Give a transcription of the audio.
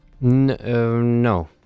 No